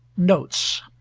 notes